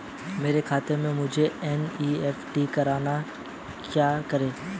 मेरे खाते से मुझे एन.ई.एफ.टी करना है क्या करें?